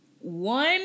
one